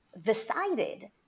decided